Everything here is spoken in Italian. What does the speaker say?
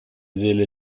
delle